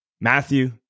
Matthew